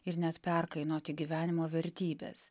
ir net perkainoti gyvenimo vertybes